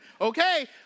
Okay